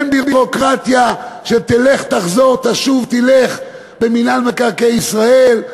אין ביורוקרטיה של תלך-תחזור תשוב-תלך במינהל מקרקעי ישראל.